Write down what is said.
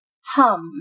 hum